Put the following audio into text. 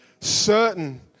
certain